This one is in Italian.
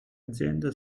aziende